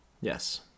yes